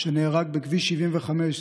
שנהרג בכביש 75,